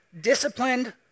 disciplined